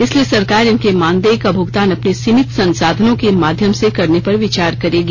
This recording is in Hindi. इसलिए सरकार इनके मानदेय का भुगतान अपने सीमित संसाधनों के माध्यम से करने पर विचार करेगी